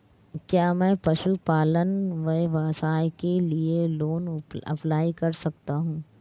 क्या मैं पशुपालन व्यवसाय के लिए लोंन अप्लाई कर सकता हूं?